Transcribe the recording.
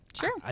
Sure